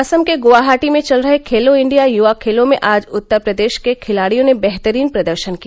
असम के गुवाहाटी में चल रहे खेलो इण्डिया युवा खेलों में आज उत्तर प्रदेश के खिलाड़ियों ने बेहतरीन प्रदर्शन किया